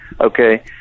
Okay